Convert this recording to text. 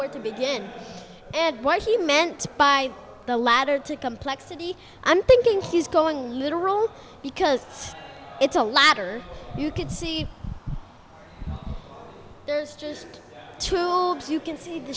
where to begin and what he meant by the ladder to complexity i'm thinking he's going literal because it's a ladder you could see there's just too old you can see the